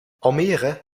almere